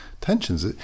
tensions